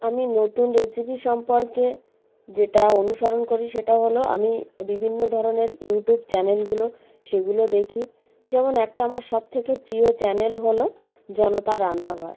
আমি নতুন রেসিপি সম্পর্কে যেটা অনুসরণ করি সেটা হলো আমি বিভিন্ন ধরনের ইউটিউব চ্যানেলগুলো সেগুলো দেখি যেমন একটা আমার সব থেকে প্রিয় চ্যানেল হলো জনতার রান্নাঘর